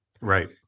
Right